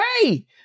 hey